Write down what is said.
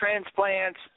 transplants